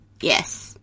yes